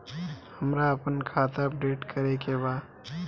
हमरा आपन खाता अपडेट करे के बा